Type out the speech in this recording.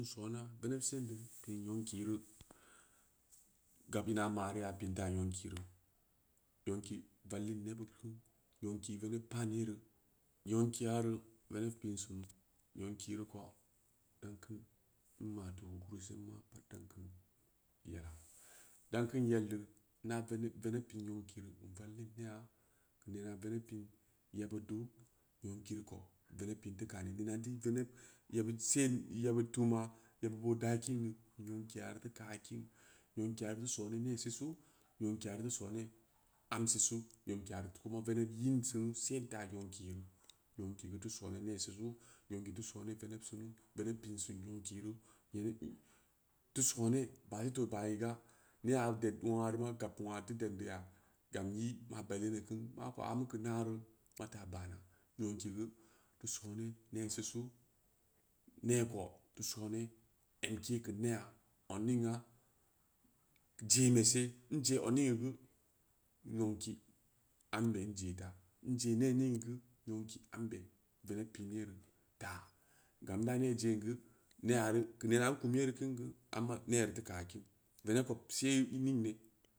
Soona, veneɓ sendea keu yonki ro gab in ma’reuya pi’n taa nyanki ro, nyonki vallin nebbin kunu, nyokiya veneɓ paan yere, nyonkiya reu venenɓ pi’n sumus nuonki reu ko, n kud, n ma’keu tu’ zang tarn ga, dam keun yelleu ina veneɓ veneɓ pin nyonki n vallin nea, geu nena veneɓ pi’n yeɓɓed du, nyenki ko veneɓ pi’n teu kaani, beuneu nteu veneb yeɓɓid den, yeɓbid tuma, yebbid boo daakin neu nymkiya reu kakin, nyonkiya teu soona nee sisu, nyonki ya teu sona am sisu nyonkiya turu veneɓ liin sunu, se’n taa nyankiya reu nyenki geu teu soone nee sisu, nyanki teu soona veneɓ sunu, veneɓ pi’n sin nyyonkiro, veneb teu soona, baa seto bayi ga, nengna ded uengna reu ma gab nungna teu dedn neuya, gam i maa bedid bin kunu mdako aa mukeu naro mata bana, nyanki geu teu soona sisu, nee ko teu soona emke eu nea adnning ma zenbese, n ze odningneu gu, nyonki ambe n ze taa, n zzee nee mingneu gen nyanki ambe veneb pi’n yoo aaa, gam n da na zangu, neareu, gan neena n kum yeren kingu neareau tea kaakin, veneb kud se’i i ningni.